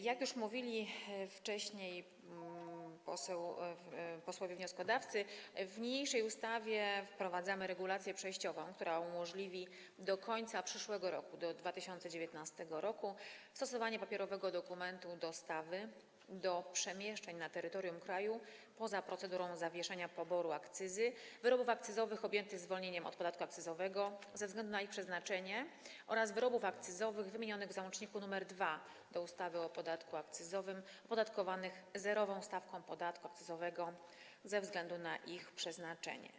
Jak już mówili wcześniej posłowie wnioskodawcy, w niniejszej ustawie wprowadzamy regulację przejściową, która umożliwi do końca przyszłego roku, roku 2019, stosowanie papierowego dokumentu dostawy do przemieszczeń na terytorium kraju poza procedurą zawieszenia poboru akcyzy wyrobów akcyzowych objętych zwolnieniem od podatku akcyzowego ze względu na ich przeznaczenie oraz wyrobów akcyzowych wymienionych w załączniku nr 2 do ustawy o podatku akcyzowym opodatkowanych zerową stawką podatku akcyzowego ze względu na ich przeznaczenie.